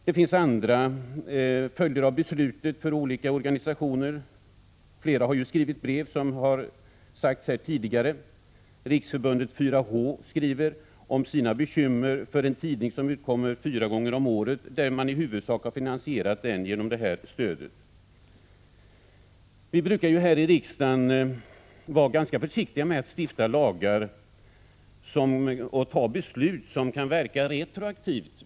Det finns andra följder av beslutet för olika organisationer. Flera har skrivit brev, vilket sagts här tidigare. Riksförbundet 4H skriver om sina bekymmer för en tidning som utkommer fyra gånger om året. Den har man i huvudsak finansierat genom detta stöd. Vi brukar ju här i riksdagen vara ganska försiktiga med att stifta lagar och fatta beslut som kan verka retroaktivt.